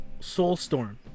Soulstorm